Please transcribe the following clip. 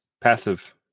Passive